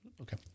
Okay